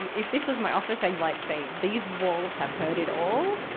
and if this is my office, i'd like say, these walls have heard it all,